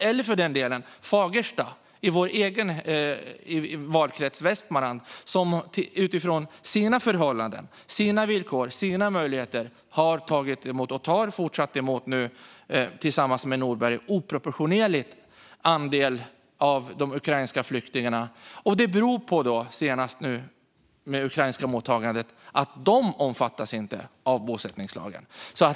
Jag kan också nämna Fagersta i vår egen valkrets Västmanland. Utifrån sina förhållanden, villkor och möjligheter tog Fagersta emot en oproportionerligt stor andel av flyktingarna. Det gör man nu också, tillsammans med Norberg, vid mottagandet av de ukrainska flyktingarna. Det beror på att dessa inte omfattas av bosättningslagen.